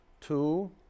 Two